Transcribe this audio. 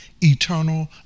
eternal